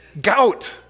gout